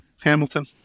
Hamilton